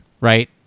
right